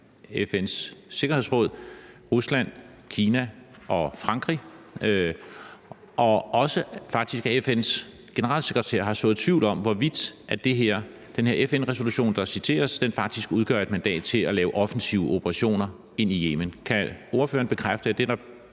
FN's Sikkerhedsråd, altså Rusland, Kina og Frankrig, og faktisk har også FN's generalsekretær sået tvivl om, hvorvidt den FN-resolution, der citeres, udgør et mandat til at lave offensive operationer ind i Yemen. Kan ordføreren bekræfte, at det er